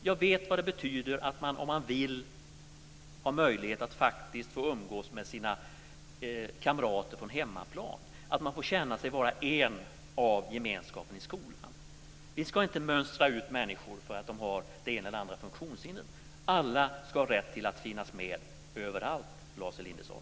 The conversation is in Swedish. Jag vet vad det betyder att ha möjlighet att faktiskt få umgås med sina kamrater från hemmaplan, att man får känna sig vara en i gemenskapen i skolan. Vi ska inte mönstra ut människor för att de har det ena eller det andra funktionshindret. Alla ska ha rätt att finnas med överallt, Lars Elinderson.